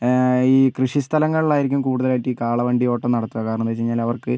ഈ കൃഷിസ്ഥലങ്ങളിലായിരിക്കും കൂടുതലായിട്ട് ഈ കാളവണ്ടിയോട്ടം നടത്തുക കാരണം എന്താണെന്ന് വെച്ച് കഴിഞ്ഞാൽ അവർക്ക്